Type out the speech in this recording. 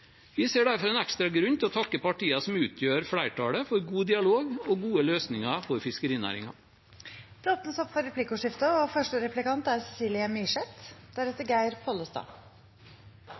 Vi ser derfor en ekstra grunn til å takke partiene som utgjør flertallet, for god dialog og gode løsninger for fiskerinæringen. Det blir replikkordskifte. Det er ganske mange som er